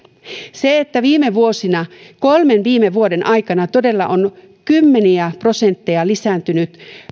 viime vuosina kolmen viime vuoden aikana lähetteiden määrä nuorisopsykiatrian poliklinikoille on todella kymmeniä prosentteja lisääntynyt